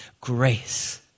grace